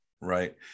right